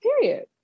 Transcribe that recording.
period